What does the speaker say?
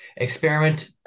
experiment